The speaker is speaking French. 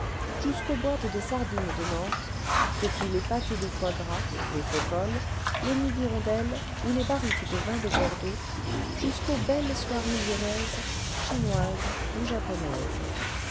jusqu'aux boîtes de sardines de nantes depuis les pâtés de foie gras les faux cols les nids d'hirondelle ou le vingtième siècle les barriques de vin de bordeaux jusqu'aux belles soieries lyonnaises chinoises ou japonaises